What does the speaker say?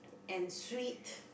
and sweet